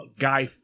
guy